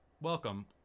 welcome